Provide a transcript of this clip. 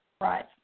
Right